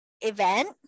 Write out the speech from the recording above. event